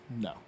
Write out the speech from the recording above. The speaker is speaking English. no